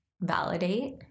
validate